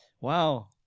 Wow